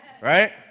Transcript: Right